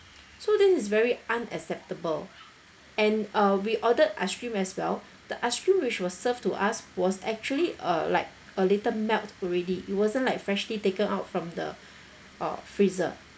so this is very unacceptable and uh we ordered ice cream as well the ice cream which was served to us was actually uh like a little melt already it wasn't like freshly taken out from the uh freezer